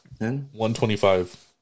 125